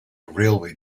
railway